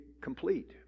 complete